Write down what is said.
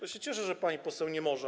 Ja się cieszę, że pani poseł nie może.